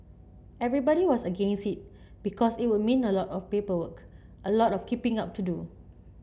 everybody was against it because it would mean a lot of paperwork a lot of keeping up to do